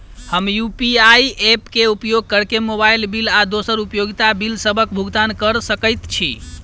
हम UPI app क उपयोग करके मोबाइल बिल आ दोसर उपयोगिता बिलसबक भुगतान कर सकइत छि